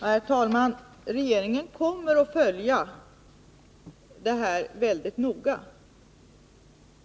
Herr talman! Inom regeringen kommer vi att följa det här väldigt noga,